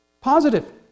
Positive